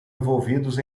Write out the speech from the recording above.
envolvidos